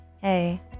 Hey